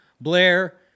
Blair